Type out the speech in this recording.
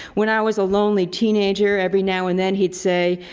when i was a lonely teenager, every now and then he'd say,